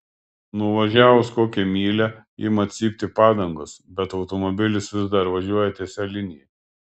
nuvažiavus kokią mylią ima cypti padangos bet automobilis vis dar važiuoja tiesia linija